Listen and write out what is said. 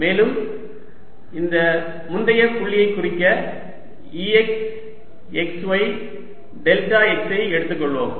மேலும் இந்த முந்தைய புள்ளியை குறிக்க Ex x y delta x ஐ எடுத்துக்கொள்வோம்